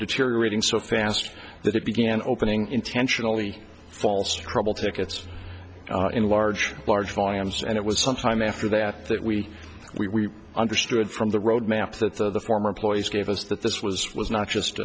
deteriorating so fast that it began opening intentionally false trouble tickets in large large volumes and it was sometime after that that we we understood from the road map that the former employees gave us that this was it was not just